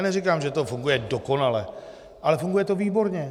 Neříkám, že to funguje dokonale, ale funguje to výborně.